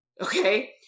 Okay